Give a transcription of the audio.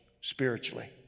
spiritually